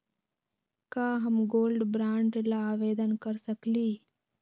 का हम gold bond ल आवेदन कर सकली?